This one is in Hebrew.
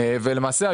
למעשה,